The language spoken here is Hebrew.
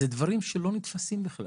אלה דברים שלא נתפסים בכלל.